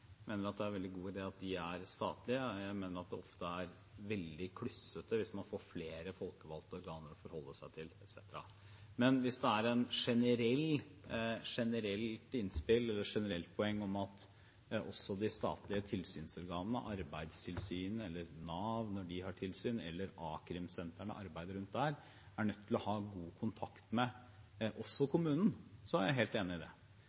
det er en veldig god idé at de er statlige. Jeg mener også at det ville bli veldig klussete hvis man skulle få flere folkevalgte organer å forholde seg til, etc. Hvis det er et generelt innspill eller et generelt poeng at de statlige tilsynsorganene – Arbeidstilsynet eller Nav, når de har tilsyn, eller a-krimsentrene – er nødt til å ha god kontakt med kommunen, er jeg helt enig.